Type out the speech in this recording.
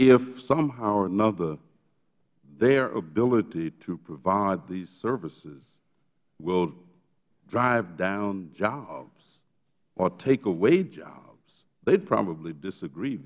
if somehow or another their ability to provide these services will drive down jobs or take away jobs they would probably disagree